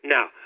Now